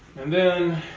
and then,